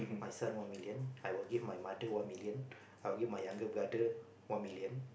my son one million I will give my mother one million I will give my younger brother one million